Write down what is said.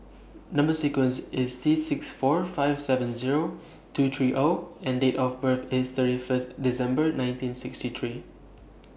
Number sequence IS T six four five seven Zero two three O and Date of birth IS thirty First December nineteen sixty three